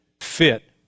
fit